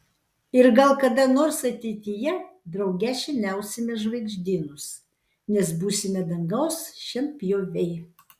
ir gal kada nors ateityje drauge šienausime žvaigždynus nes būsime dangaus šienpjoviai